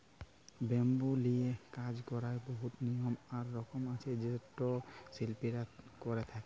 bamboo লিয়ে কাজ ক্যরার বহুত লিয়ম আর রকম আছে যেট শিল্পীরা ক্যরে থ্যকে